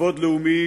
כבוד לאומי